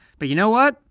but you know what?